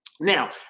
Now